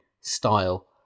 style